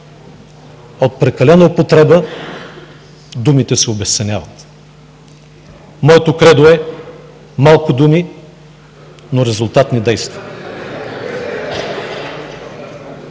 От прекалена употреба думите се обезценяват. Моето кредо е: „Малко думи, но резултатни действия!“.